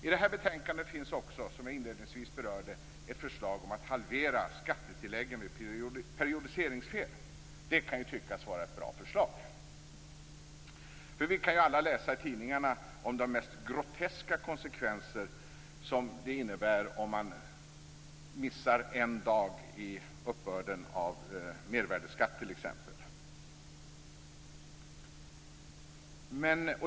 I detta betänkande finns också, som jag inledningsvis berörde, ett förslag om att halvera skattetilläggen vid periodiseringsfel. Det kan ju tyckas vara ett bra förslag, för vi kan ju alla läsa i tidningarna om de mest groteska konsekvenser som det innebär om man missar en dag i uppbörden för mervärdesskatten t.ex.